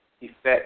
effect